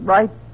Right